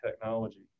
technology